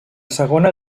segona